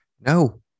No